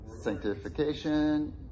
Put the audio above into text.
Sanctification